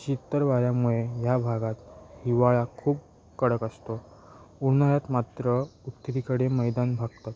शितल वाऱ्यामुळे ह्या भागात हिवाळा खूप कडक असतो उन्हाळ्यात मात्र उत्तरेकडे मैदान भागतात